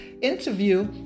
interview